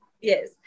Yes